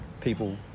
people